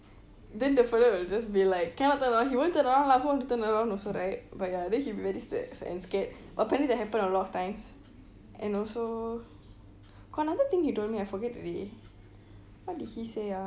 then the fellow will just be like cannot turn around he won't turn around lah who want to turn around also right but ya then he'll be very scare~ and scared apparently that happened a lot of times and also got another thing he told me I forget already what did he say ah